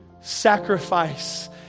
sacrifice